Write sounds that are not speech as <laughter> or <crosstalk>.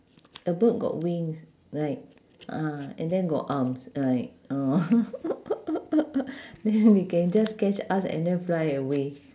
a bird got wings right ah and then got arms like uh <laughs> then it can just catch us and then fly away